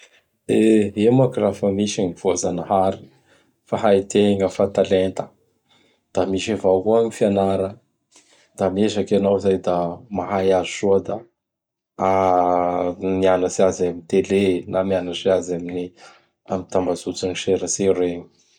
E! Io moa k fa misy gn voajanahary fa haitegna fa talenta. Da misy avo koa gny fianara. Laha miezaky anao zay da mahay azy soa da mianatsy azy am tele na mianatsy azy am gn tambazotra gn tserasera io.